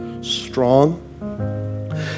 strong